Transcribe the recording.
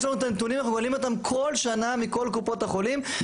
יש לנו את הנתונים ואנחנו מקבלים אותם כל שנה מכל קופות החולים.